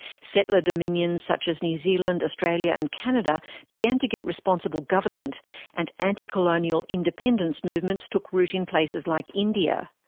settler dominions such as new zealand, australia and canada began to get responsible government and anti-colonial independence movements took root in places like india.